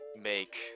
make